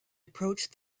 approached